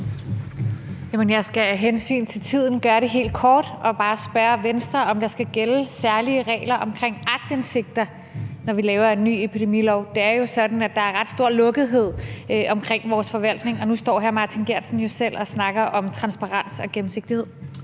Jeg skal af hensyn til tiden gøre det helt kort og bare spørge Venstre, om der skal gælde særlige regler omkring aktindsigter, når vi laver en ny epidemilov. Det er jo sådan, at der er ret stor lukkethed omkring vores forvaltning, og nu står hr. Martin Geertsen jo selv og snakker om transparens og gennemsigtighed.